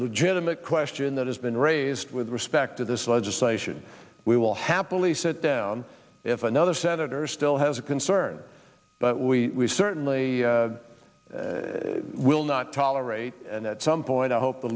legitimate question that has been raised with respect to this legislation we will happily sit down if another senator still has a concern but we certainly will not tolerate and at some point i hope the